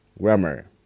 grammar